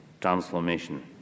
transformation